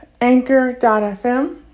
Anchor.fm